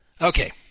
Okay